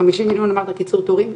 50 מיליון אמרת לקיצור תורים.